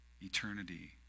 eternity